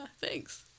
Thanks